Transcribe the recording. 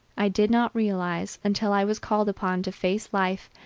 i did not realize until i was called upon to face life,